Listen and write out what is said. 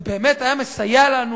זה באמת היה מסייע לנו